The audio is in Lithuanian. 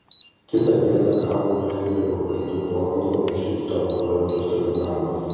kitą dieną gavome fiurerio vardu bormano išsiųstą užuojautos telegramą